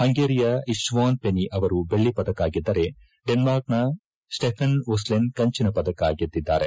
ಪಂಗೇರಿಯ Istvan Peni ಅವರು ಬೆಳ್ಳಿ ಪದಕ ಗೆದ್ದರೆ ಡೆನ್ಮಾರ್ಕ್ನ ಸ್ವೆಫೆನ್ ಒನ್ಲೆನ್ ಕಂಚಿನ ಪದಕ ಗೆದ್ದಿದ್ದಾರೆ